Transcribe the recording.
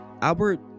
Albert